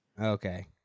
okay